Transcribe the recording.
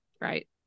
right